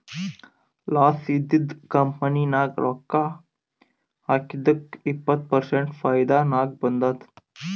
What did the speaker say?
loss ಇದ್ದಿದು company ನಾಗ್ ರೊಕ್ಕಾ ಹಾಕಿದ್ದುಕ್ ಇಪ್ಪತ್ ಪರ್ಸೆಂಟ್ ಫೈದಾ ನಾಗ್ ಬಂದುದ್